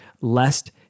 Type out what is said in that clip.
lest